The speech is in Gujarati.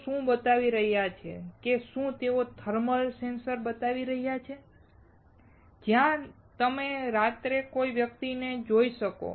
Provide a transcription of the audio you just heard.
તેઓ શું બતાવી રહ્યા છે કે શું તેઓ થર્મલ સેન્સર બતાવી રહ્યાં છે જ્યાં તમે રાત્રે કોઈ વ્યક્તિને જોઈ શકો